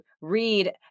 read